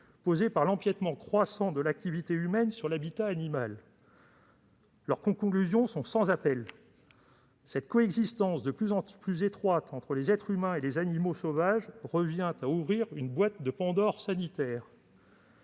posé par l'empiètement croissant de l'activité humaine sur l'habitat animal. Leurs conclusions sont sans appel : la coexistence de plus en plus étroite entre êtres humains et animaux sauvages revient à ouvrir une boîte de Pandore sanitaire